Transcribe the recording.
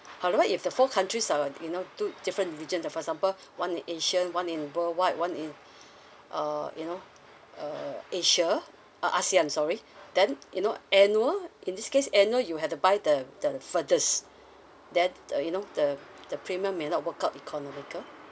however if the four countries are you know two different regions uh for example one in asia one in worldwide one in uh you know uh asia uh ASEAN sorry then you know annual in this case annual you have to buy the the furthest that the you know the the premium may not work out economical